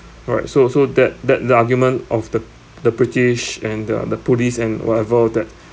alright so so that that the argument of the the british and the uh the police and whatever that